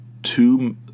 two